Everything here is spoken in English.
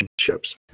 relationships